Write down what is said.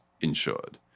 insured